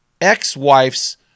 ex-wife's